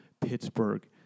Pittsburgh